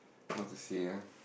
how to say ah